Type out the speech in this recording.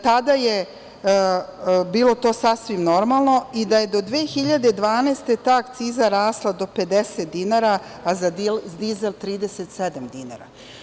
Tada je to bilo sasvim normalno i do 2012. godine ta akciza je rasla do 50 dinara, a za dizel 37 dinara.